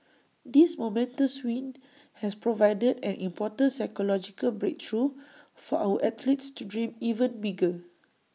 this momentous win has provided an important psychological breakthrough for our athletes to dream even bigger